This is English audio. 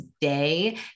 day